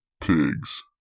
pigs